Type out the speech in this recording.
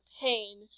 pain